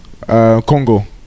Congo